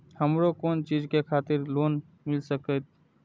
हमरो कोन चीज के खातिर लोन मिल संकेत?